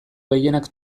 gehienak